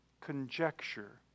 conjecture